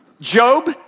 Job